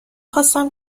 خواستم